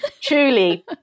truly